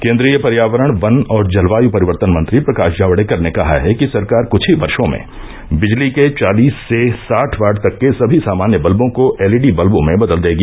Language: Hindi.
केंद्रीय पर्यावरण वन और जलवायु परिवर्तन मंत्री प्रकाश जावडेकर ने कहा है कि सरकार कुछ ही वर्षो में बिजली के चालीस से साठ वाट तक के सभी सामान्य बत्बों को एलईडी बत्बों में बदल देगी